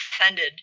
offended